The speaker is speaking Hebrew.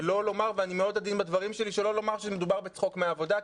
שלא לומר שמדובר בצחוק מהעבודה.